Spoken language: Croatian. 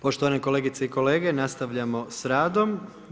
Poštovane kolegice i kolege, nastavljamo s radom.